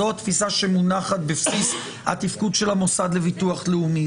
זו התפיסה שמונחת בבסיס התפקוד של המוסד לביטוח לאומי.